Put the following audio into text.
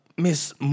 Miss